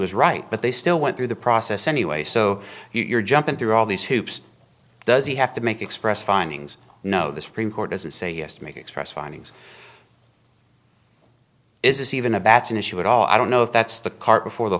was right but they still went through the process anyway so you're jumping through all these hoops does he have to make express findings no the supreme court doesn't say yes to make express findings is this even a batson issue at all i don't know if that's the cart before the